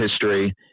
history